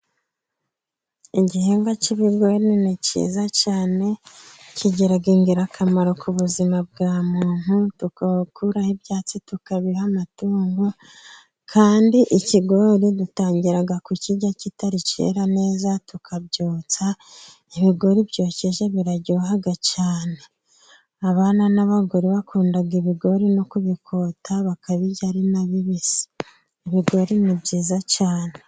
Igihingwa k'ibigori ni kiza cyane kigira ingirakamaro ku buzima bwa muntu, tugakuraho ibyatsi tukabiha amatungo, kandi ikigori dutangira kukirya kitari cyera neza tukabyotsa ibigori byokeje biraryoha cyane. Abana n'abagore bakunda ibigori no kubikota bakabirya ari na bibisi. Ibigori ni byiza cyane.